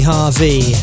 Harvey